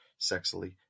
sexily